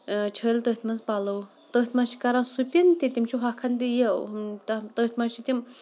چھٔلۍ تٔتھۍ مَنٛز پَلَو تٔتھۍ مَنٛز چھِ کَران سِپِن تہِ تِم چھِ ہۄکھان تہِ یہِ تٔتھۍ مَنٛز چھِ تِم